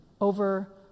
over